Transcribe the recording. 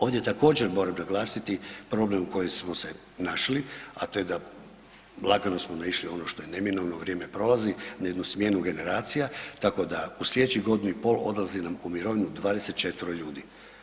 Ovdje također, moram naglasiti problem u kojem smo se našli, a to je da lagano smo naišli na ono što je neminovno, vrijeme prolazi, na jednu smjenu generacija, tako da u sljedećih godinu i pol odlazi nam u mirovinu 24 ljudi.